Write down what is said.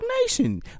Nation